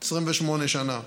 28 שנה.